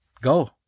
go